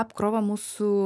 apkrovą mūsų